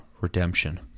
redemption